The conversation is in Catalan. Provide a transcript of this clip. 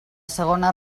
segona